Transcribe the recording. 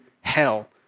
hell